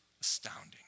astounding